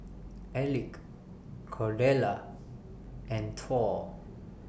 Elick Cordella and Thor